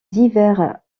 divers